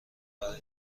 برای